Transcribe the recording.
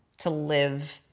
to live